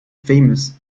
famous